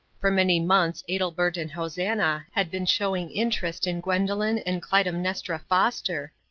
for many months adelbert and hosannah had been showing interest in gwendolen and clytemnestra foster,